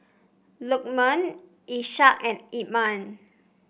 Lukman Ishak and Iman